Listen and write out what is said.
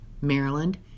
Maryland